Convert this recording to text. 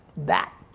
that,